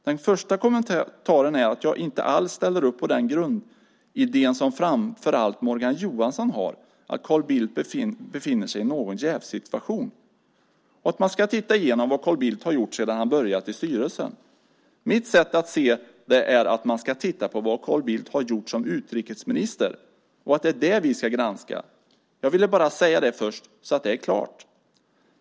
Den första kommentaren är att jag ju inte alls ställer upp på grundidén som framför allt Morgan Johansson har att Carl Bildt befinner sig i någon jävssituation och att man ska titta igenom vad Carl Bildt har gjort sedan han började i styrelsen. Mitt sätt att se det är att man ska titta på vad Carl Bildt har gjort som utrikesminister, och att det är det vi ska granska. Jag ville bara säga det först, så att det är klart.